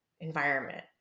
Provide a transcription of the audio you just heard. environment